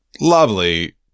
lovely